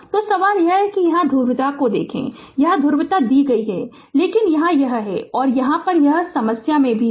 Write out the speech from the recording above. तो सवाल यह है कि यहां ध्रुवता को देखें यहां ध्रुवीयता दी गई है लेकिन यहां यह है और यहां यह है कि समस्या में भी यह है